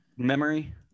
Memory